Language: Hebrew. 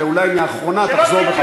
ואולי מהאחרונה תחזור בך.